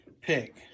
pick